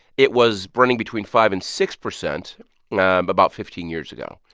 it was running between five and six percent about fifteen years ago,